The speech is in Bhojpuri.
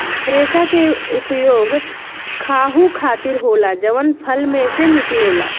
रेसा के उपयोग खाहू खातीर होला जवन फल में से निकलेला